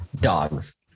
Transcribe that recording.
Dogs